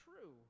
true